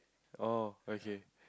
oh okay